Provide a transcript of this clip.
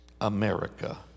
America